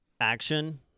action